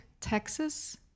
Texas